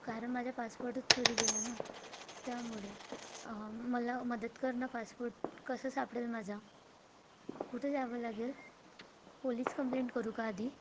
कारण माझ्या पासपोर्टच चोरी गेला ना त्यामुळे मला मदत कर ना पासपोर्ट कसा सापडेल माझा कुठे जावं लागेल पोलीस कंप्लेंट करू का आधी